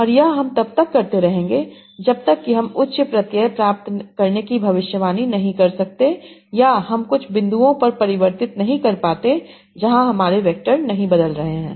और यह हम तब तक करते रहेंगे जब तक कि हम उच्च प्रत्यय प्राप्त करने की भविष्यवाणी नहीं कर सकते या हम कुछ बिंदुओं पर परिवर्तित नहीं कर पाते जहां हमारे वैक्टर नहीं बदल रहे हैं